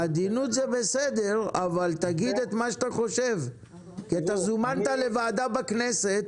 עדינות זה בסדר אבל תגיד את מה שאתה חושב כי אתה זומנת לוועדה בכנסת